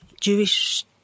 Jewish